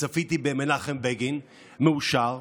וצפיתי במנחם בגין מאושר,